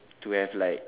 to have like